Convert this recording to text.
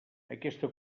aquesta